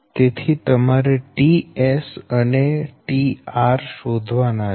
તેથી તમારે ts અને tr શોધવાના છે